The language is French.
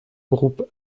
groupe